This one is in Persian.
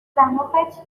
دماغت